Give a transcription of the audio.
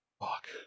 Fuck